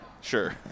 sure